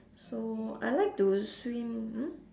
so I like to swim mm